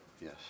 Yes